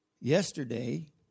Yesterday